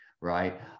right